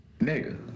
Nigga